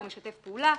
הוא משתף פעולה,